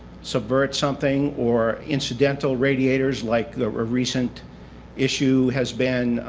so but something, or incidental radiators, like the recent issue has been,